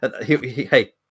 Hey